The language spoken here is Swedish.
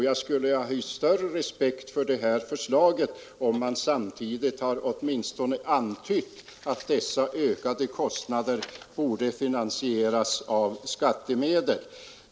Jag skulle ha hyst större respekt för förslaget, om man samtidigt hade åtminstone antytt att dessa ökade kostnader borde finansieras av skattemedel.